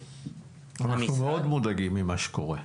אנחנו מאוד מודאגים ממה שקורה.